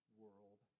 world